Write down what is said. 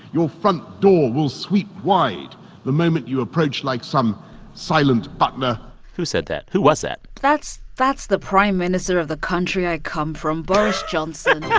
your front door will sweep wide the moment you approach like some silent butler who said that? who was that? that's that's the prime minister of the country i come from, boris johnson yeah